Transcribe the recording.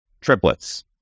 triplets